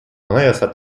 anayasa